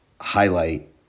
highlight